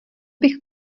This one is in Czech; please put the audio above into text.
bych